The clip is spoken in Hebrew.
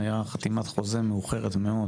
הייתה חתימת חוזה מאוחרת מאוד,